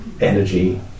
energy